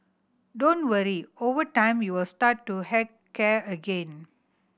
don't worry over time you will start to heck care again